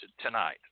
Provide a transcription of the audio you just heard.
tonight